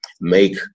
make